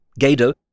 Gado